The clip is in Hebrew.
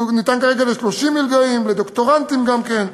זה ניתן כרגע ל-30 מלגאים, לדוקטורנטים גם כן.